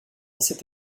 cette